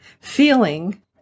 feeling